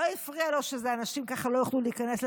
לא הפריע לו שאנשים לא יוכלו להיכנס לשבת,